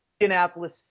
Indianapolis